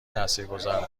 تاثیرگذار